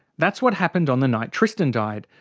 that's what happened on the night tristan died,